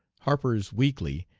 harper's weekly,